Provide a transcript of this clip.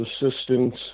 assistance